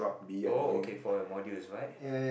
oh okay for your modules right